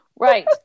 Right